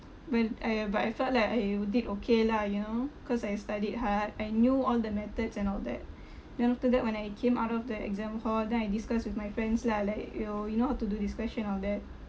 when !aiya! but I felt like I did okay lah you know cause I studied hard I knew all the methods and all that then after that when I came out of the exam hall then I discussed with my friends lah like you you know how to do this question all that